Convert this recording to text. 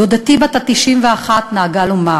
דודתי בת ה-91 נהגה לומר: